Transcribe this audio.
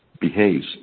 behaves